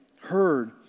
heard